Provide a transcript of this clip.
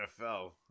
nfl